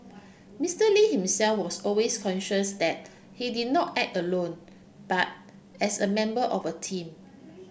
Mister Lee himself was always conscious that he did not act alone but as a member of a team